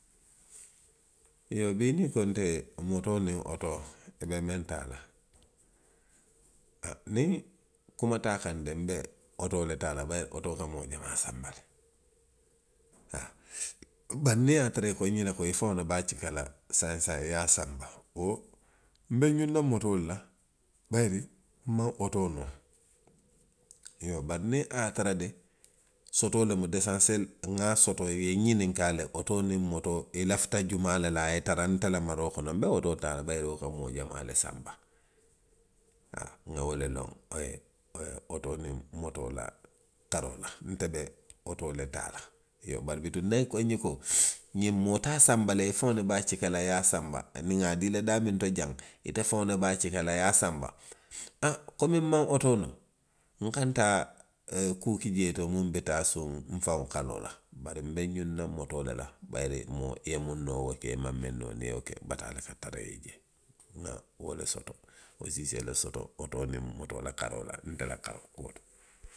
Iyoo bii niŋ i ko nte ye motoo niŋ otoo. i be miŋ taa la. a, niŋ kuma te a kaŋ de, nbe otoo le taa la bayiri otoo ka moo jamaa sanba le, haa. bari niŋ i ye a tara le ko i ko nňe ko, i faŋo le be a cikaa la saayiŋ saayiŋ, i ye a sanba. wo, nbe nňunna motoo le la bayiri maŋ otoo noo. Iyoo bari niŋ a ye a tara de. sotoo lemu lesansiyeeli, nŋa a soto, i ye nňininkaa le otoo niŋ motoo, i lafita jumaa le la. a ye tara nte la maroo kono. nbe otoo taa la bayiri wo ka moo jamaa le sanba, haa, nŋa wo le loŋ. Ee, oo, otoo niŋ motoo la taroo daa. Nte de nbe otoo le taa la. Iyoo bari bituŋo niŋ i ko nňe ko moo te a sanba la i ye, i faŋo le be a cika ye a sanba. duŋ nŋa dii la daaminto jaŋ. ite faŋo le be a cika la, i ye a sanba. a, komi nmaŋ otoo noo. nkana naa taa ee kuu ki jee to muŋ bi taa suŋ nfaŋo kaloo la, bari nbe nňunna motoo le la bayiri. Moo, i ye muŋ noo wo ke, i maŋ muŋ noo niŋ i ye wo ke, i be bataa le ka tara i ye jee. Nŋa wo le soto. Wo suusee la soto, otoo niŋ motoo la karoo la, nte la a kuo to.